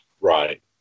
Right